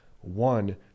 one